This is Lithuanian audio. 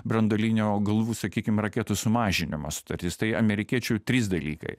branduolinių galvų sakykime raketų sumažinimo sutartis tai amerikiečių trys dalykai